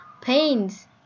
pains